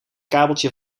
kabeltje